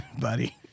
buddy